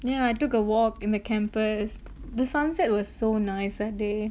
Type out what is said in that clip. then I took a walk in the campus the sunset was so nice that day